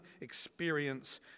experience